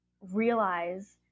realize